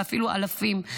ואפילו אלפים.